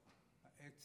בעזרת השם.